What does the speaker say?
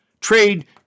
Trade